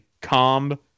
calm